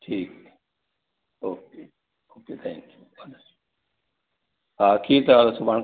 ठीकु okay okay thank you हा ठीकु आहे सुभाणे